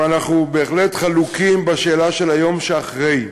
אבל אנחנו בהחלט חלוקים בשאלה של היום שאחרי,